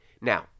now